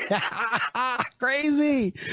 Crazy